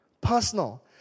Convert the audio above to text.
Personal